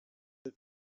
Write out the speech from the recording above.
that